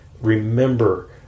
Remember